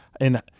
And-